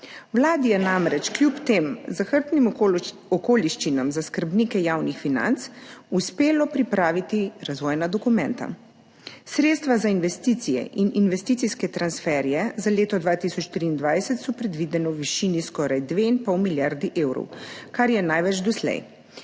Vladi je namreč kljub tem zahrbtnim okoliščinam za skrbnike javnih financ uspelo pripraviti razvojna dokumenta. Sredstva za investicije in investicijske transferje za leto 2023 so predvidena v višini skoraj 2 in pol milijard evrov, kar je največ doslej.